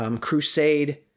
Crusade